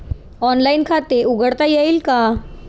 Online खाते उघडता येईल का?